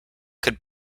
could